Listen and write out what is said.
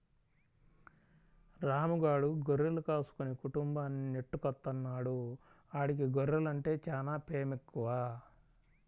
రాము గాడు గొర్రెలు కాసుకుని కుటుంబాన్ని నెట్టుకొత్తన్నాడు, ఆడికి గొర్రెలంటే చానా పేమెక్కువ